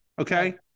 okay